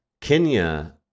Kenya